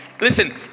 Listen